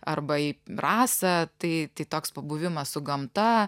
arba į rasą tai tai toks pabuvimas su gamta